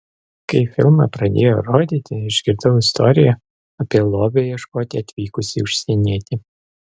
kai filmą pradėjo rodyti išgirdau istoriją apie lobio ieškoti atvykusį užsienietį